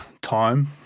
time